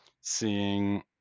seeing